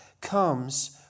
comes